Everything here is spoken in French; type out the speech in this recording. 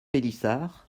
pélissard